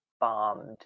bombed